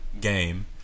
game